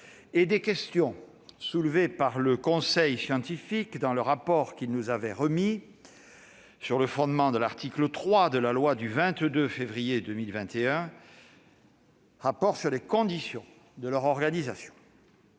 que les questions soulevées par le conseil scientifique dans le rapport qu'il nous a remis, sur le fondement de l'article 3 de la loi du 22 février 2021, relatif aux conditions de leur organisation.